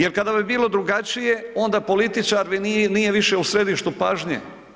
Jer kada bi bilo drugačije onda političar mi nije više u središtu pažnje.